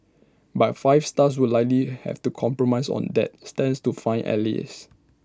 but five stars would likely have to compromise on that stands to find allies